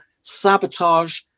sabotage